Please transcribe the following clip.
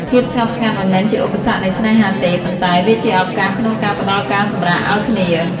ភាពស្ងប់ស្ងាត់មិនមែនជាឧបសគ្គនៃស្នេហាទេ ប៉ុន្តែវាជាឱកាសក្នុងការផ្ដល់ការសម្រាកឱ្យគ្នា។